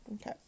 Okay